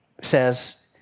says